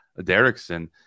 derrickson